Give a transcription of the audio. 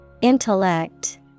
Intellect